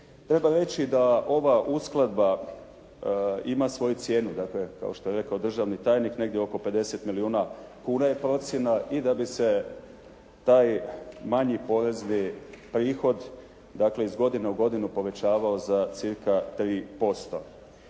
Treba reći da ova uskladba ima svoju cijenu, dakle kao što je rekao državni tajnik negdje oko 50 milijuna kuna je procjena i da bi se taj manji porezni prihod dakle iz godine u godinu povećavao za cca. 3%.